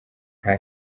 nta